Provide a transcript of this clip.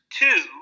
two